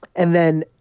and then,